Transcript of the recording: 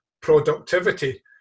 productivity